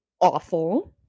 awful